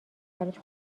براش